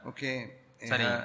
Okay